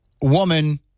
woman